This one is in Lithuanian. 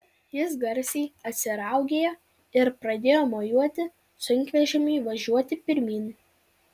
jis garsiai atsiraugėjo ir pradėjo mojuoti sunkvežimiui važiuoti pirmyn